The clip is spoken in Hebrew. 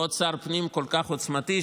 ועוד שר פנים כל כך עוצמתי,